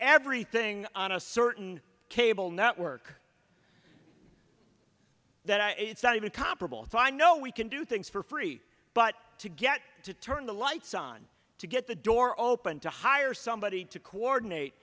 everything on a certain cable network that it's not even comparable to i know we can do things for free but to get to turn the lights on to get the door open to hire somebody to coordinate